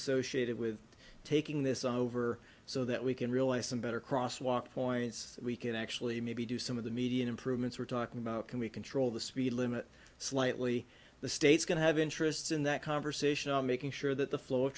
associated with taking this over so that we can realize some better cross walk points we can actually maybe do some of the median improvements we're talking about can we control the speed limit slightly the state's going to have interests in that conversation on making sure that the flow of